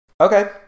Okay